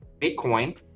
Bitcoin